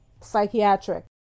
psychiatric